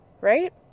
Right